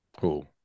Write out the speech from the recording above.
Cool